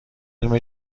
علم